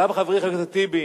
גם חברי חבר הכנסת טיבי,